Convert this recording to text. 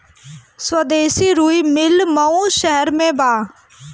स्वदेशी रुई मिल मऊ शहर में बा